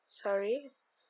sorry